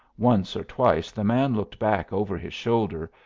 once or twice the man looked back over his shoulder,